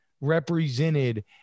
represented